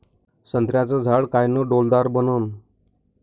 संत्र्याचं झाड कायनं डौलदार बनन?